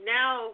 now